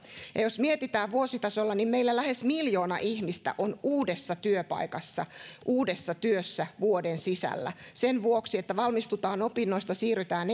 ja jos mietitään vuositasolla niin meillä lähes miljoona ihmistä on uudessa työpaikassa uudessa työssä vuoden sisällä sen vuoksi että valmistutaan opinnoista siirrytään